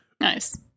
Nice